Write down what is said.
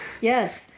Yes